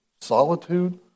solitude